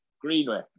Greenway